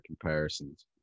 comparisons